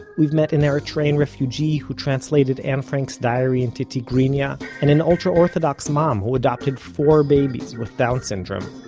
we've met an eritrean refugee who translated anne frank's diary into tigrinya, and an ultra-orthodox mom who adopted four babies with down syndrome.